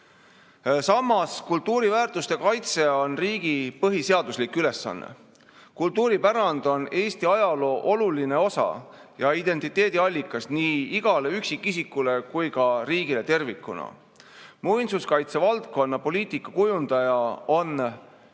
Samas on kultuuriväärtuste kaitse riigi põhiseaduslik ülesanne. Kultuuripärand on Eesti ajaloo oluline osa ja identiteedi allikas nii igale üksikisikule kui ka riigile tervikuna. Muinsuskaitse valdkonna poliitika kujundaja on